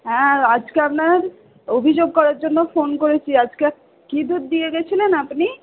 হ্যাঁ আজকে আপনার অভিযোগ করার জন্য ফোন করেছি আজকে কি দুধ দিয়ে গিয়েছিলেন আপনি